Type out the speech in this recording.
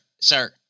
sir